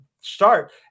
start